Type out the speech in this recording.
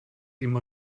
immer